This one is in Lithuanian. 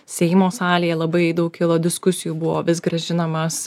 seimo salėje labai daug kilo diskusijų buvo vis grąžinamas